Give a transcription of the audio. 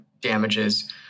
damages